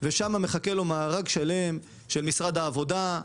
ושם מחכה לו מארג שלם של משרד העבודה,